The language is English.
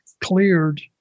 cleared